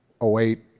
08